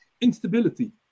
instability